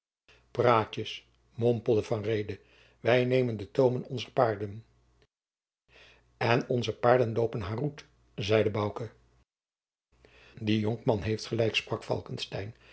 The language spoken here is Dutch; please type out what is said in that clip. praatjens mompelde van reede wij nemen de toomen onzer paarden en onze paarden loopen haroet zeide bouke die jonkman heeft gelijk sprak